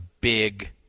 big